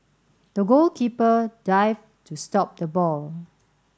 the goalkeeper dived to stop the ball